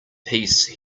piece